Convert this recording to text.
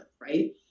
right